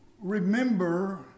remember